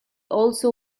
also